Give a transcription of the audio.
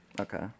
Okay